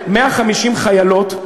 150 חיילות,